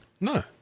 No